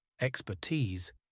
expertise